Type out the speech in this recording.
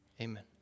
Amen